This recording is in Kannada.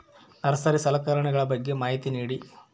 ನರ್ಸರಿ ಸಲಕರಣೆಗಳ ಬಗ್ಗೆ ಮಾಹಿತಿ ನೇಡಿ?